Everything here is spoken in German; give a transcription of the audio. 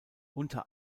unter